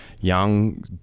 young